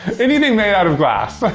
anything made out of glass. like